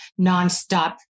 nonstop